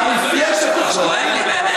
כואב.